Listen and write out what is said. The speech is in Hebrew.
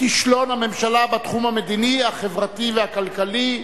כישלון הממשלה בתחום המדיני, החברתי והכלכלי.